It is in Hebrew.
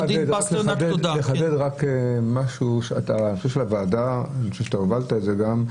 מבקש לחדד משהו, שאני חושב שאתה הובלת את זה גם,